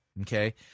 Okay